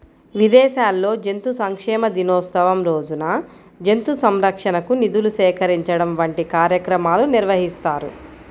విదేశాల్లో జంతు సంక్షేమ దినోత్సవం రోజున జంతు సంరక్షణకు నిధులు సేకరించడం వంటి కార్యక్రమాలు నిర్వహిస్తారు